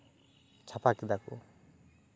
ᱪᱷᱟᱯᱟ ᱠᱮᱫᱟ ᱠᱚ